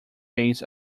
days